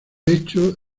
hecho